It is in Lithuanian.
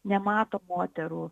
nemato moterų